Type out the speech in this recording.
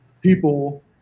people